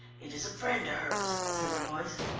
it is a friend of hers, said the voice.